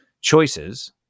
choices